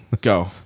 Go